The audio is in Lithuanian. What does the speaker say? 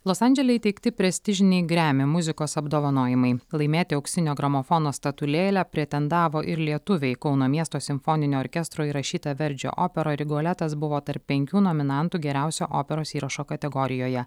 los andžele įteikti prestižiniai gremi muzikos apdovanojimai laimėti auksinio gramofono statulėlę pretendavo ir lietuviai kauno miesto simfoninio orkestro įrašyta verdžio opera rigoletas buvo tarp penkių nominantų geriausio operos įrašo kategorijoje